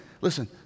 listen